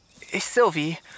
Sylvie